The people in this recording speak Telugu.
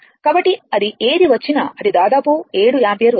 కాబట్టి అది ఏది వచ్చినా అది దాదాపు 7 యాంపియర్ వస్తుంది